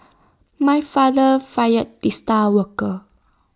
my father fired the star worker